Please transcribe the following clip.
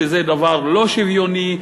שזה דבר לא שוויוני,